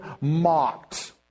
mocked